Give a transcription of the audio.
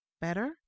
Better